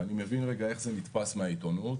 ואני מבין איך זה נתפס מהעיתונות